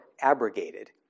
abrogated